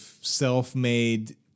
self-made